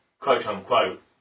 quote-unquote